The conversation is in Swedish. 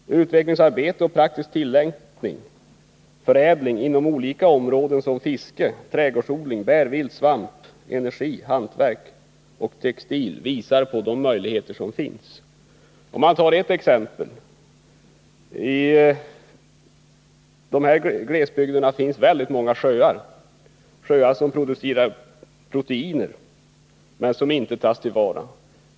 Utvecklingsarbete och praktisk tillämpning, förädling inom olika områden som fiske, trädgårdsodling, bär, vilt, svamp, energi, hantverk och textil visar de möjligheter som finns. Låt mig ta ett exempel. I glesbygdsområdena finns det mängder av sjöar med produktion av proteiner som inte tas till vara.